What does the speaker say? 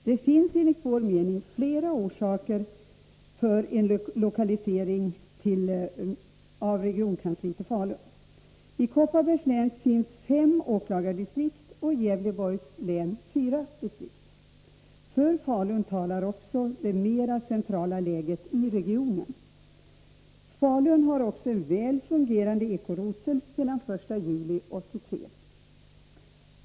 Det finns enligt vår mening flera saker som talar för en lokalisering av regionkansliet till Falun. I Kopparbergs län finns fem åklagardistrikt, i Gävleborgs län fyra. För Falun talar också det mer centrala läget i regionen. Falun har dessutom sedan den 1 juli 1983 en väl fungerande Eko-rotel.